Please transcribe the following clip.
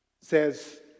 says